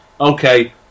okay